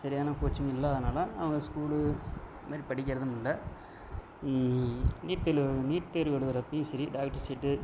சரியான கோச்சிங் இல்லாததுனால் அங்கே ஸ்கூலு இது மாதிரி படிக்கிறதும் இல்லை நீட் தேர்வில் நீட் தேர்வு எழுதுகிறப்பையும் சரி டாக்டர் சீட்டு